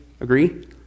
agree